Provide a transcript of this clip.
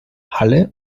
halle